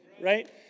Right